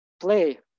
play